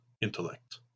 intellect